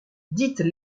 dites